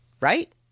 right